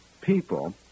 people